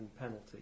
penalty